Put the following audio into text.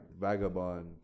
vagabond